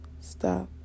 stop